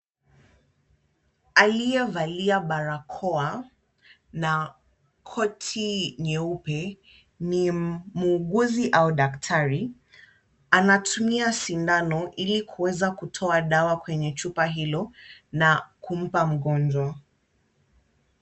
Aliyevalia barakoa na koti nyeupe ni muuguzi au daktari. Anatumia sindano ili kuweza kutoa dawa kwenye chupa hilo na kumpa mgonjwa.